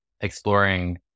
exploring